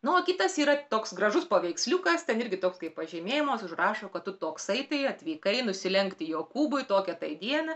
na o kitas yra toks gražus paveiksliukas ten irgi toks kaip pažymėjimas užrašo kad tu toksai tai atvykai nusilenkti jokūbui tokią dieną